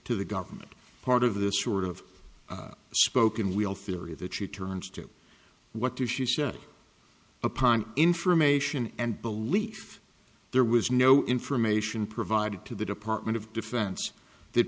to the government part of the sort of spoken we all theory that she turns to what to she said upon information and belief there was no information provided to the department of defense th